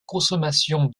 consommation